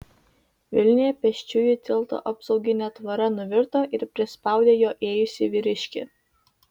vilniuje pėsčiųjų tilto apsauginė tvora nuvirto ir prispaudė juo ėjusį vyriškį